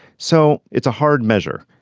so it's a hard measure.